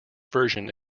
version